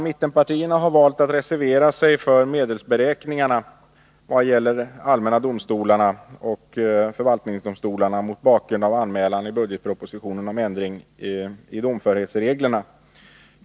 Mittenpartierna har valt att reservera sig för medelsberäkningarna i vad gäller allmänna domstolarna och förvaltningsdomstolarna, mot bakgrund av anmälan i budgetpropositionen om ändring i domförhetsreglerna.